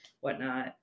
whatnot